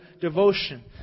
devotion